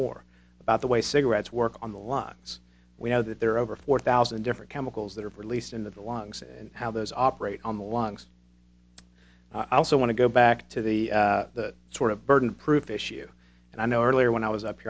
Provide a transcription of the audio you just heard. more about the way cigarettes work on the lots we know that there are over four thousand different chemicals that are released in the logs and how those operate on the locks i also want to go back to the sort of burden of proof issue and i know earlier when i was up